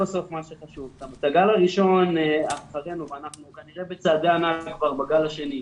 בסוף חסר לי גם בשיפוי ויש לי כאן פער שאני לא מקבל עליו.